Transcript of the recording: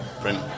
print